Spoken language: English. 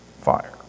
fire